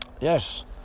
yes